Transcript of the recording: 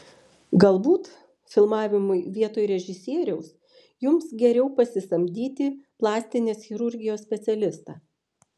galbūt filmavimui vietoj režisieriaus jums geriau pasisamdyti plastinės chirurgijos specialistą